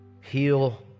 Heal